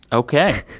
ok.